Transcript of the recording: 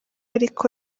ariko